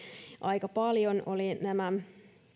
aika paljon oli nämä